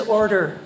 order